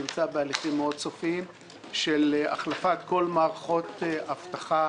נמצא בהליכים מאוד סופיים של החלפת כל מערכות אבטחה